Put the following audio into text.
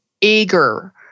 eager